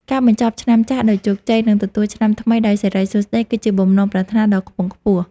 ការបញ្ចប់ឆ្នាំចាស់ដោយជោគជ័យ និងទទួលឆ្នាំថ្មីដោយសិរីសួស្តី គឺជាបំណងប្រាថ្នាដ៏ខ្ពង់ខ្ពស់។